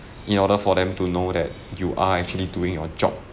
in order for them to know that you are actually doing your job